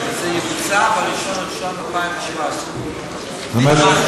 וזה יבוצע ב-1 בינואר 2017. כלומר,